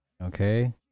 Okay